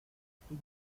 estoy